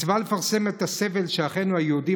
מצווה לפרסם את הסבל של אחינו היהודים